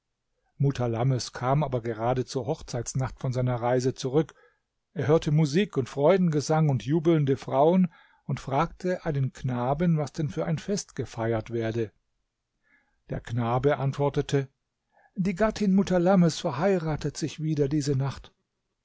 mutalammes kam aber gerade zur hochzeitsnacht von seiner reise zurück er hörte musik und freudengesang und jubelnde frauen und fragte einen knaben was denn für ein fest gefeiert werde der knabe antwortete die gattin mutalammes verheiratet sich wieder diese nacht